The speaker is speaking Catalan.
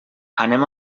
anem